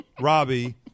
Robbie